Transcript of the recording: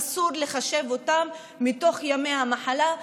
אסור לחשב זאת מתוך ימי המחלה,